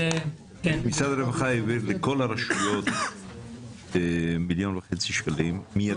משרד הרווחה העביר לכל הרשויות 1.5 מיליון שקלים מיידית